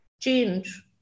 change